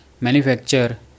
manufacture